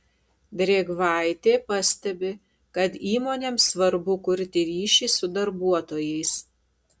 drėgvaitė pastebi kad įmonėms svarbu kurti ryšį su darbuotojais